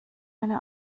eine